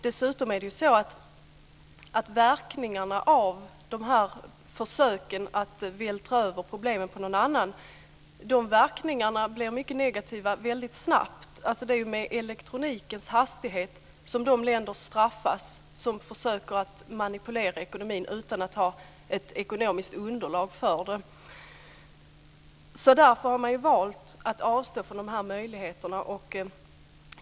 Dessutom blir verkningarna av de här försöken att vältra över problemen på någon annan mycket negativa mycket snabbt. Det är med elektronikens hastighet som de länder straffas som försöker manipulera ekonomin utan att ha ett ekonomiskt underlag för det. Därför har man valt att avstå från de här möjligheterna.